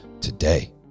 today